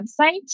website